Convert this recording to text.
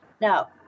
Now